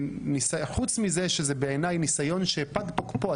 חוץ מזה שזה ניסיון שפג תוקפו,